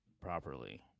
properly